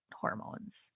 hormones